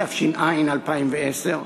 התש"ע 2010,